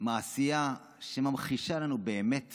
מעשייה שממחישה לנו באמת